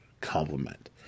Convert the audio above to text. compliment